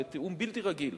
בתיאום בלתי רגיל,